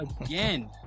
again